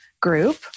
group